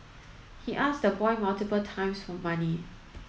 he asked the boy multiple times for money